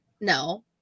No